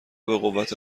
بقوت